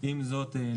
עם זאת,